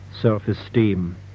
self-esteem